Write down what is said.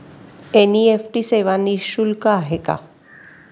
NEFT सेवा निःशुल्क आहे का?